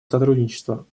сотрудничества